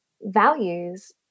values